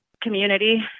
community